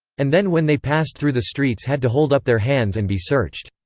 and then when they passed through the streets had to hold up their hands and be searched.